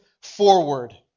forward